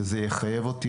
וזה יחייב אותי,